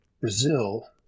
Brazil